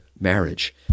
marriage